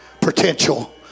Potential